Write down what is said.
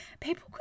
people